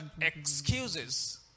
excuses